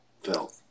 Phil